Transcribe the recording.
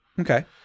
Okay